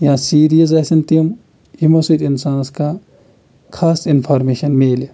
یا سیٖریٖز آسن تِم یِمو سۭتۍ اِنسانَس کانٛہہ خاص اِنفارمیشَن میلہِ